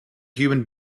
human